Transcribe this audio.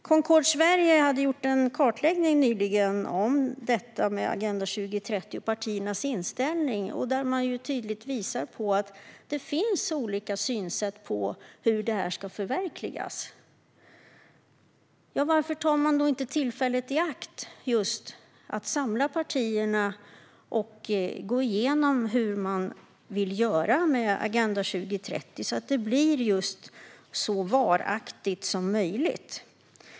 Concord Sverige har nyligen gjort en kartläggning av detta med Agenda 2030 och partiernas inställning. Där visar man tydligt att det finns olika synsätt på hur det här ska förverkligas. Varför tar man då inte tillfället i akt att samla partierna och gå igenom hur man vill göra med Agenda 2030, så att det blir så varaktigt som möjligt?